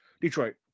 detroit